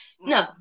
No